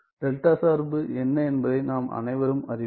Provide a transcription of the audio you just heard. delta சார்பு என்ன என்பதை நாம் அனைவரும் அறிவோம்